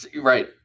Right